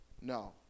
No